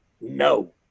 No